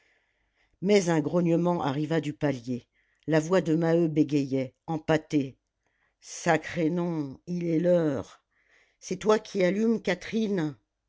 mais un grognement arriva du palier la voix de maheu bégayait empâtée sacré nom il est l'heure c'est toi qui allumes catherine